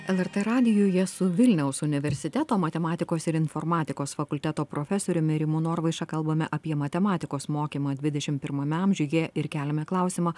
lrt radijuje su vilniaus universiteto matematikos ir informatikos fakulteto profesoriumi rimu norvaiša kalbame apie matematikos mokymą dvidešimt pirmame amžiuje ir keliame klausimą